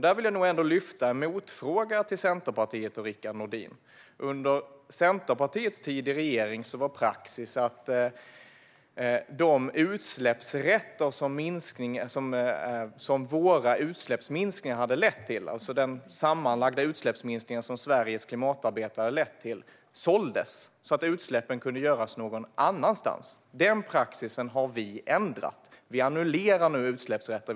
Där vill jag nog ändå ställa en motfråga till Centerpartiet och Rickard Nordin. Under Centerpartiets tid i regering var praxis att de utsläppsrätter som våra utsläppsminskningar hade lett till - alltså den sammanlagda utsläppsminskning som Sveriges klimatarbete hade lett till - såldes. Då kunde utsläppen göras någon annanstans. Den praxisen har vi ändrat. Vi annullerar nu utsläppsrätter.